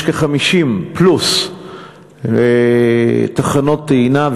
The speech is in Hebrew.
יש כ-50 פלוס תחנות טעינה,